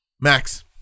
Max